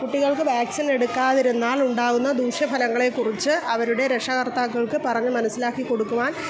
കുട്ടികൾക്ക് വാക്സിനെടുക്കാതിരുന്നാൽ ഉണ്ടാകുന്ന ദൂഷ്യഫലങ്ങളെക്കുറിച്ച് അവരുടെ രക്ഷാകർത്താക്കൾക്ക് പറഞ്ഞുമനസ്സിലാക്കിക്കൊടുക്കുവാൻ